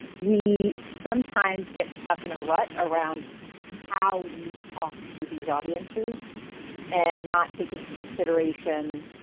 we sometimes get stuck in a rut around how we talk to these audiences and not take into consideration